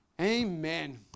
Amen